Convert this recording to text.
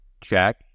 check